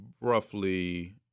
roughly